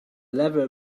level